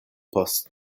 post